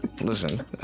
listen